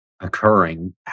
occurring